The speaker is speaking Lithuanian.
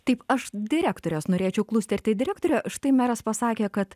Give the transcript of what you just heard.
taip aš direktorės norėčiau klusterti direktore štai meras pasakė kad